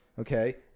Okay